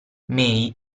may